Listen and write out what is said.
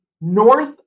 north